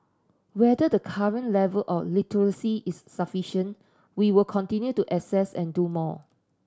whether the current level of literacy is sufficion we will continue to assess and do more